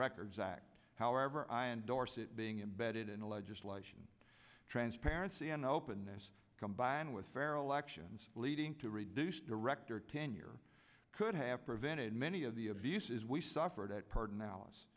records act however i endorse it being embedded in the legislation transparency and openness combine with feral actions leading to reduced director tenure could have prevented many of the abuses we suffered at pardon alice